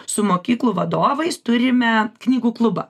su mokyklų vadovais turime knygų klubą